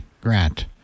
Grant